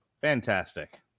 Fantastic